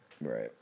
Right